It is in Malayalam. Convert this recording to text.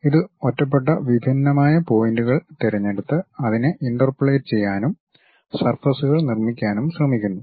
ഇത് ഒറ്റപ്പെട്ട വിഭിന്നമായ പോയിന്റുകൾ തിരഞ്ഞെടുത്ത് അതിനെ ഇന്റർപോളേറ്റ് ചെയ്യാനും സർഫസ്കൾ നിർമ്മിക്കാനും ശ്രമിക്കുന്നു